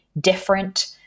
different